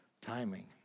Timing